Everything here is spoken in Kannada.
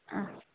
ಆಂ